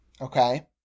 Okay